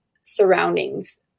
surroundings